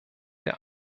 der